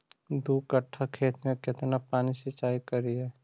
दू कट्ठा खेत में केतना पानी सीचाई करिए?